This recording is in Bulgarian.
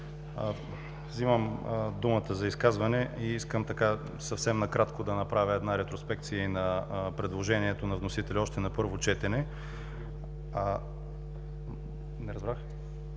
Взимам думата за изказване и искам съвсем накратко да направя една ретроспекция на предложението на вносителя още на първо четене. Става